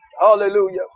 hallelujah